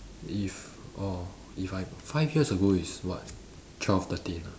if orh if I got five years ago is what twelve thirteen ah